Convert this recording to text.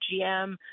GM